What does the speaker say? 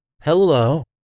Hello